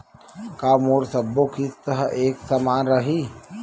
का मोर सबो किस्त ह एक समान रहि?